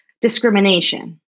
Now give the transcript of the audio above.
discrimination